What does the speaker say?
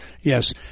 Yes